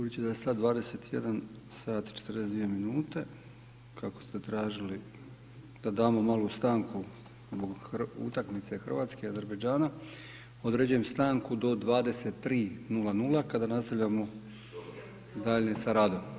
Budući da je sad 21 sat i 42 minute, kako ste tražili da damo malu stanku zbog utakmice Hrvatske i Azerbajdžana, određujem stanku do 23,00, kada nastavljamo dalje sa radom.